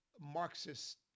Marxist